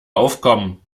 aufkommen